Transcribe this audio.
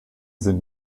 sind